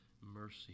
mercy